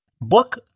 Book